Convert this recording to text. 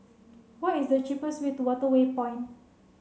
what is the cheapest way to Waterway Point